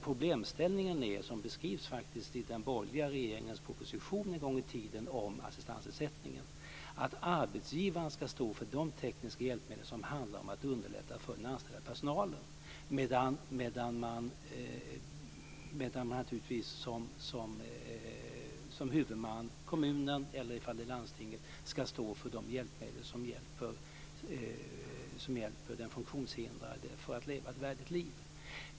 Problemet är - som beskrevs en gång tiden i den borgerliga propositionen om assistansersättningen - att arbetsgivaren ska stå för de tekniska hjälpmedel som handlar om att underlätta för den anställda personalen, medan huvudmannen - kommunen eller landstinget - ska stå för de hjälpmedel som hjälper den funktionshindrade att leva ett värdigt liv.